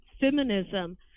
feminism